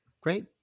Great